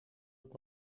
het